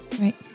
right